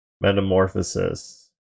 metamorphosis